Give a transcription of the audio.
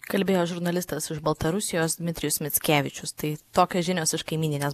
kalbėjo žurnalistas iš baltarusijos dmitrijus mickevičius tai tokios žinios iš kaimyninės